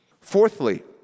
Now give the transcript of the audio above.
Fourthly